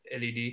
LED